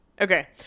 Okay